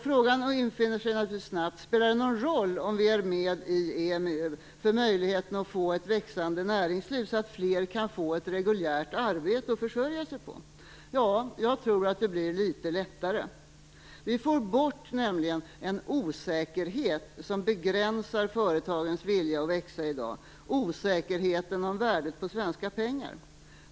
Frågan infinner sig naturligtvis snabbt: Spelar vårt deltagande i EMU någon roll för möjligheten att få ett växande näringsliv, så att fler kan få ett reguljärt arbete att försörja sig på? Ja, jag tror att det blir litet lättare. Vi får nämligen bort en osäkerhet som begränsar företagens vilja att växa i dag - osäkerheten om värdet på svenska pengar.